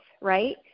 right